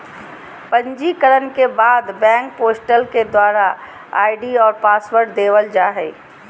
पंजीकरण के बाद बैंक पोर्टल के द्वारा आई.डी और पासवर्ड देवल जा हय